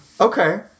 Okay